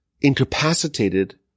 incapacitated